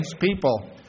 people